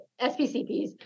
SPCPs